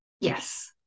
yes